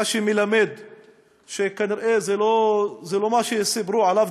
מה שמלמד שכנראה זה לא מה שסיפרו עליו.